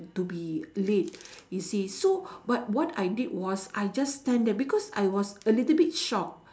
to be late you see so but what I did was I just stand there because I was a little bit shocked